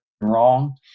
wrong